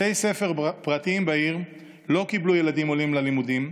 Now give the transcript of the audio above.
בתי ספר פרטיים בעיר לא קיבלו ילדים עולים ללימודים.